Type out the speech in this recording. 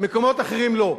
מקומות אחרים לא.